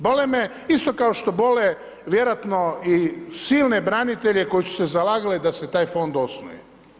Bole me isto kao što bole vjerojatno i silne branitelje koji su se zalagali da se taj Fond osnuje.